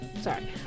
sorry